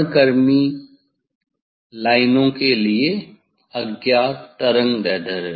वर्णक्रमीय लाइनों के लिए अज्ञात तरंगदैर्ध्य